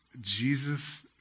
Jesus